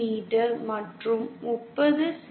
me மற்றும் 30 செ